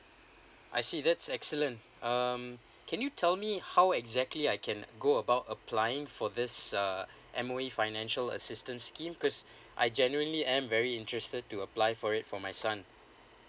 I see that's excellent um can you tell me how exactly I can go about applying for this uh M_O_E financial assistance scheme cause I genuinely am very interested to apply for it for my son